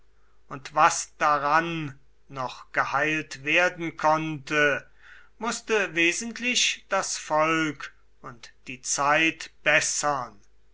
und was daran noch geheilt werden konnte mußte wesentlich das volk und die zeit bessern